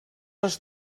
els